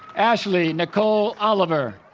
ashley nicole oliver